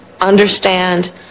understand